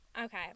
Okay